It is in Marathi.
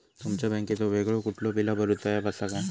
तुमच्या बँकेचो वेगळो कुठलो बिला भरूचो ऍप असा काय?